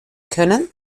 können